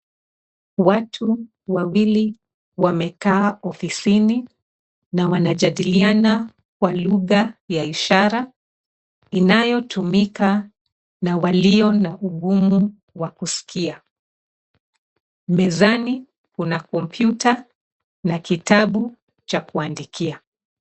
Watu wawili wamekaa ofisini na wanajadiliana kwa lugha ya ishara inayotumika na walio na ugumu wa kusikia. Mezani kuna kompyuta na kitabu cha kuandikia.